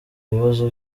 ibibazo